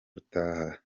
rutaha